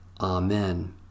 Amen